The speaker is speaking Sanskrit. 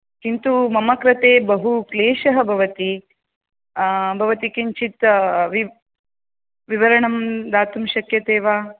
किन्तु मम कृते बहु क्लेशः भवति भवती किञ्चित् विवरणं दातुं शक्यते वा